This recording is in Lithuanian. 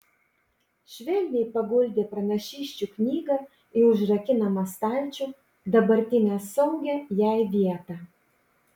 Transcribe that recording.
švelniai paguldė pranašysčių knygą į užrakinamą stalčių dabartinę saugią jai vietą